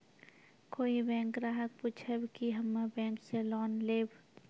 कोई बैंक ग्राहक पुछेब की हम्मे बैंक से लोन लेबऽ?